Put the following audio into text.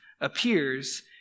appears